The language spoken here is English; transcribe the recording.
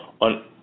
On